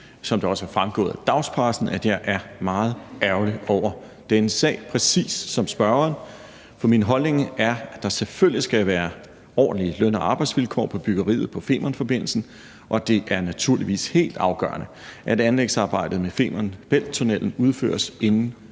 det også er fremgået af dagspressen, at jeg er meget ærgerlig over denne sag, præcis som spørgeren, for min holdning er, at der selvfølgelig skal være ordentlige løn- og arbejdsvilkår på byggeriet af Femernforbindelsen, og det er naturligvis helt afgørende, at anlægsarbejdet med Femern Bælt-tunnellen udføres inden